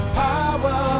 power